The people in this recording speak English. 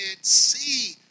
See